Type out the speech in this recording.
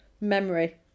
memory